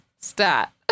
stat